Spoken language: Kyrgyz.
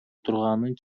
турганын